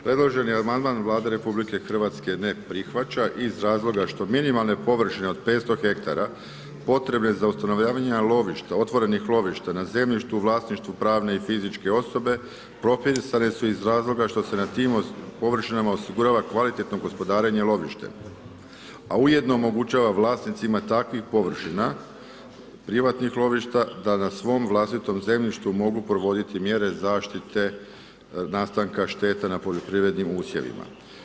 Predloženi amandman Vlada RH ne prihvaća iz razloga što minimalne površine od 500 ha potrebe za ustanovljavanje lovišta, otvorenih lovišta na zemljištu u vlasništvu pravne i fizičke osobe, propisane su iz razloga što se na tim površinama osigurava kvalitetno gospodarenje lovištem a ujedno omogućava vlasnicima takvih površina privatnih lovišta da na svom vlastitom zemljištu mogu provoditi mjere zaštite nastanka šteta na poljoprivrednim usjevima.